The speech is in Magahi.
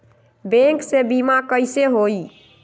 बैंक से बिमा कईसे होई?